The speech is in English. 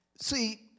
See